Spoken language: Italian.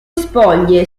spoglie